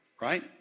Right